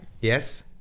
Yes